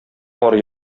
кар